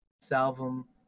Salvum